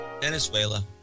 Venezuela